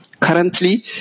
Currently